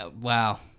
Wow